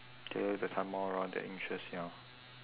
tailor the time more around their interest ya